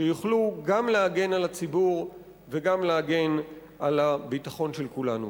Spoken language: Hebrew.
שיוכלו גם להגן על הציבור וגם להגן על הביטחון של כולנו.